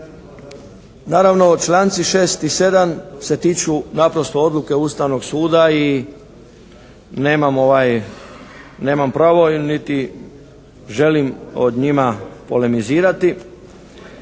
Naravno članci 6. i 7., se tiču naprosto odluke Ustavnog suda i nemam pravo, niti želim o njima polemizirati.